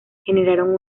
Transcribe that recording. generaron